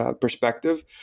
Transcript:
perspective